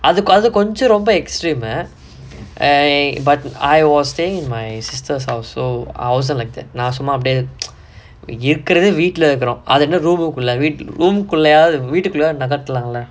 அது அதுக்கு கொஞ்ச ரொம்ப:athu athukku konja romba extreme but I was staying in my sister's house so I wasn't like that நான் சும்மா அப்டியே இருக்குறது வீட்டுல இருக்குறோம் அதென்ன:naan summaa apdiyae irukkurathu veetula irukkurom athennaa room உள்ள வீட்~:ulla veet~ room குள்ளயாவது வீடுகுள்ளயாது நடக்கலால்ல:kullayaavathu veetukullayaathu nadakkalaallaa